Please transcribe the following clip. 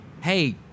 Hey